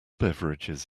beverages